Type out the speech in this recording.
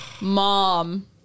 mom